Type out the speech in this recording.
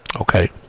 Okay